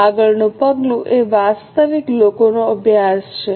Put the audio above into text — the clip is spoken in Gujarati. આગળનું પગલું એ વાસ્તવિક લોકોનો અભ્યાસ છે